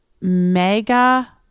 mega